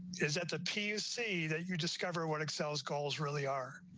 is that the pc that you discover what excels calls really are.